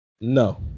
No